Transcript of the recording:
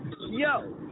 Yo